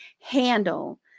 handle